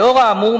לאור האמור,